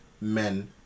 men